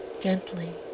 gently